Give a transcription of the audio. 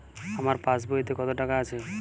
আমার পাসবইতে কত টাকা আছে?